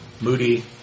Moody